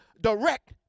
direct